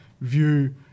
view